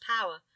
power